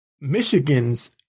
Michigan's